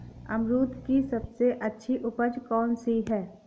अमरूद की सबसे अच्छी उपज कौन सी है?